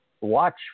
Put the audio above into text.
watch